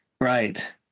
Right